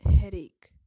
headache